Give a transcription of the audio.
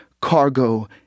cargo